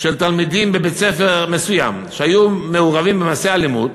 של תלמידים בבית-ספר מסוים שהיו מעורבים במעשי אלימות